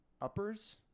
uppers